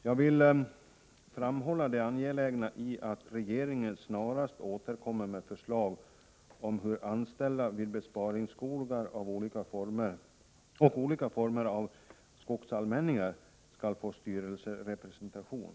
Jag vill framhålla det angelägna i att regeringen snarast återkommer med förslag om hur anställda vid s.k. besparingsskogar och olika former av skogsallmänningar skall få styrelserepresentation.